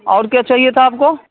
اور کیا چاہیے تھا آپ کو